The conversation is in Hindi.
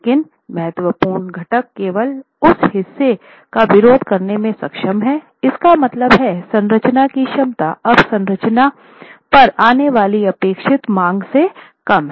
लेकिन महत्वपूर्ण घटक केवल उस हिस्से का विरोध करने में सक्षम है इसका मतलब है संरचना की क्षमता अब संरचना पर आने वाली अपेक्षित मांग से कम है